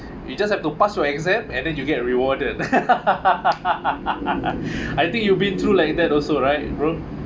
you just have to pass your exam and then you get rewarded I think you've been through like that also right bro